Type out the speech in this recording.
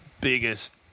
biggest